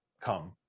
come